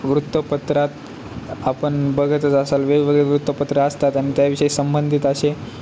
वृत्तपत्रात आपण बघतच असाल वेगवेगळे वृत्तपत्र असतात आणि त्याविषयी संबंधित असे